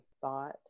thought